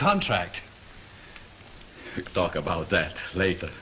contract talk about that later